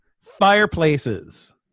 fireplaces